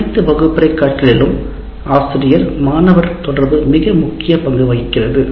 அனைத்து வகுப்பறை கற்றலிலும் ஆசிரியர் மாணவர் தொடர்பு மிக முக்கிய பங்கு வகிக்கிறது